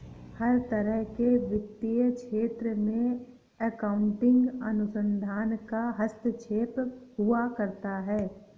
हर तरह के वित्तीय क्षेत्र में अकाउन्टिंग अनुसंधान का हस्तक्षेप हुआ करता है